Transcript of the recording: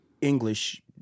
English